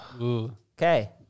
Okay